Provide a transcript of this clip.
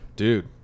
Dude